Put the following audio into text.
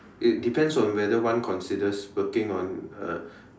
it depends on whether one considers working on a